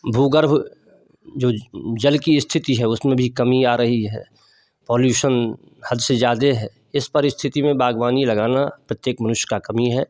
भू गर्भ जो जल की स्थिति है उसमें भी कमी आ रही है पॉल्यूशन हद से ज़्यादे है इस परिस्थिति में बागवानी लगाना प्रत्येक मनुष्य का कमी है